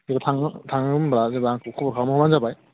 बेयाव थांनो होनबा जेब्ला आंखौ खबर खालाम हरबानो जाबाय